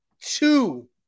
two